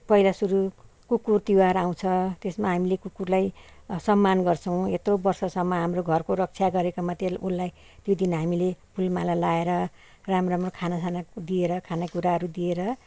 पैला सुरु कुकुर तिहार आउँछ त्यसमा हामीले कुकुरलाई सम्मान गर्छौँ यत्रो वर्षसम्म हाम्रो घरको रक्षा गरेकोमा तेल उसलाई त्यो दिन हामीले फुल माला लाएर राम्रो राम्रो खाना साना दिएर खाने कुराहरू दिएर